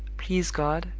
please god,